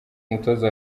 umutoza